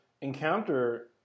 encounter